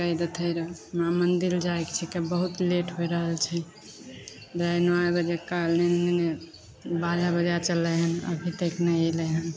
कहि देतै रहै हमरा मन्दिर जाइके छिकै बहुत लेट हो रहल छै साढ़े नओ बजे कहले हने बारह बजे चललै हँ अभी तक नहि अएलै हँ